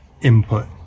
input